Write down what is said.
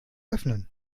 öffnen